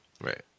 Right